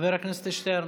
חבר הכנסת שטרן.